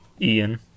Ian